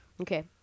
Okay